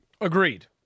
Agreed